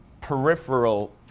peripheral